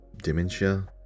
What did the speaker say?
Dementia